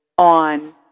on